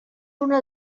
una